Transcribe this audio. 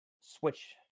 switch